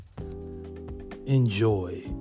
Enjoy